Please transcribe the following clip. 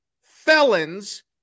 felons